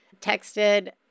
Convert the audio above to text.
texted